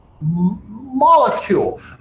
molecule